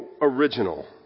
original